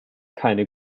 keine